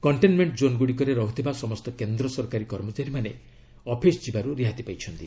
କଣ୍ଟେନମେଣଙ୍କ zone ଗୁଡ଼ିକରେ ରହୁଥିବା ସମସ୍ତ କେନ୍ଦ୍ର ସରକାରୀ କର୍ମଚାରୀମାନେ ମଧ୍ୟ ଅଫିସ ଯିବାରୁ ରିହାତି ପାଇଛନ୍ତି